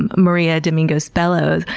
maria dominguez-bellow,